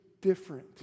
different